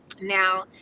Now